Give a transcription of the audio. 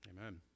Amen